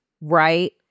right